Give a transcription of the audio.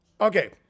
okay